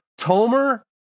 Tomer